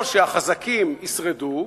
או שהחזקים ישרדו,